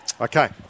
Okay